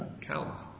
counts